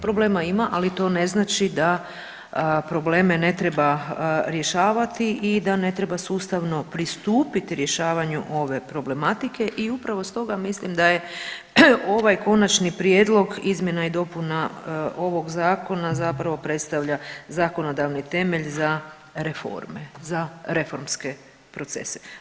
Problema ima, ali to ne znači da probleme ne treba rješavati i da ne treba sustavno pristupiti rješavanju ove problematike i upravo stoga mislim da je ovaj Konačni prijedlog izmjena i dopuna ovog zakona zapravo predstavlja zakonodavni temelj za reforme, za reformske procese.